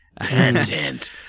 Content